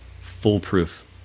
foolproof